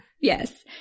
Yes